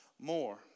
more